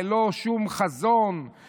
ללא שום חזון,